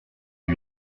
dix